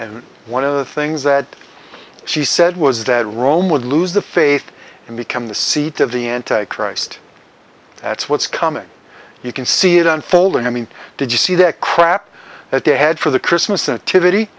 and one of the things that she said was that rome would lose the faith and become the seat of the anti christ that's what's coming you can see it unfold and i mean did you see that crap that they had for the christmas